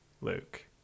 Luke